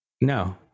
No